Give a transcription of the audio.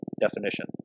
definition